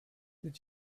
did